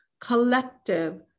collective